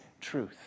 truth